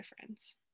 difference